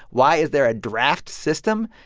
why is there a draft system?